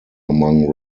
among